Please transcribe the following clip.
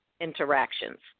interactions